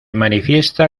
manifiesta